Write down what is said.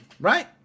Right